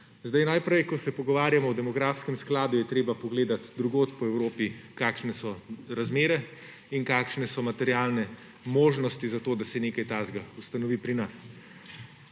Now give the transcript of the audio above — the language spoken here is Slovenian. zakona. Ko se pogovarjamo o demografskem skladu, je treba pogledati drugod po Evropi, kakšne so razmere in kakšne so materialne možnosti za to, da se nekaj takega ustanovi pri nas.